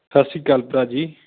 ਸਤਿ ਸ਼੍ਰੀ ਅਕਾਲ ਭਰਾ ਜੀ